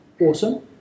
awesome